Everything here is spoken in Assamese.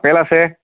আপেল আছে